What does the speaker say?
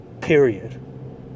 period